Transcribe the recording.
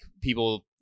people